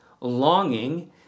Longing